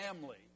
family